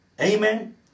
Amen